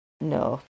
No